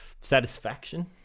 satisfaction